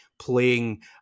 playing